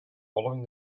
following